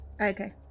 Okay